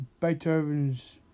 Beethoven's